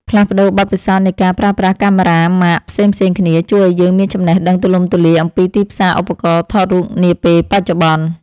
ផ្លាស់ប្តូរបទពិសោធន៍នៃការប្រើប្រាស់កាមេរ៉ាម៉ាកផ្សេងៗគ្នាជួយឱ្យយើងមានចំណេះដឹងទូលំទូលាយអំពីទីផ្សារឧបករណ៍ថតរូបនាពេលបច្ចុប្បន្ន។